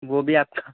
وہ بھی آپ کا